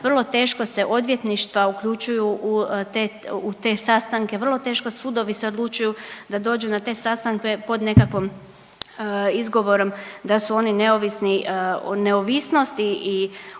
vrlo teško se odvjetništva uključuju u te sastanke, vrlo teško sudovi se odlučuju da dođu na te sastanke pod nekakvim izgovorom da su oni neovisni. O neovisnosti i